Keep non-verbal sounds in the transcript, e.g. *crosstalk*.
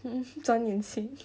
*laughs* 装年轻